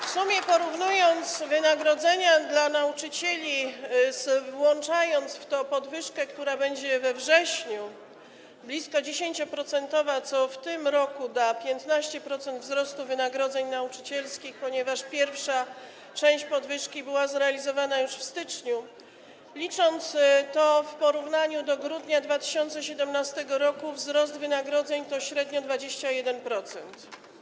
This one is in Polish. W sumie porównując wynagrodzenia dla nauczycieli, włączając w to podwyżkę, która będzie we wrześniu, blisko 10-procentową, co w tym roku da 15% wzrostu wynagrodzeń nauczycielskich, ponieważ pierwsza część podwyżki była zrealizowana już w styczniu, licząc to w porównaniu do grudnia 2017 r. - wzrost wynagrodzeń to średnio 21%.